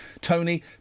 Tony